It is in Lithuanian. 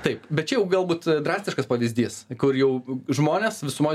taip bet čia jau galbūt drastiškas pavyzdys kur jau žmonės visumoj